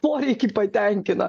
poreikį patenkina